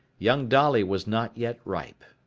young dolly was not yet ripe.